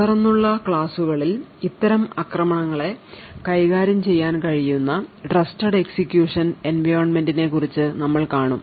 തുടർന്നുള്ള ക്ലാസുകളിൽ ഇത്തരം ആക്രമണങ്ങളെ കൈകാര്യം ചെയ്യാൻ കഴിയുന്ന ട്രസ്റ്റഡ് എക്സിക്യൂഷൻ എൻവയോൺമെന്റിനെ കുറിച്ച് നമ്മൾ കാണും